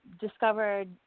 discovered